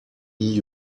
lee